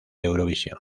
eurovisión